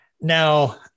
Now